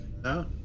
no